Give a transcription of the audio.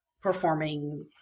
performing